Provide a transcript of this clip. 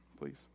please